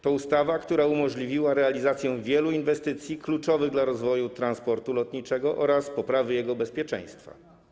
To ustawa, która umożliwiła realizację wielu inwestycji kluczowych dla rozwoju transportu lotniczego oraz poprawy jego bezpieczeństwa.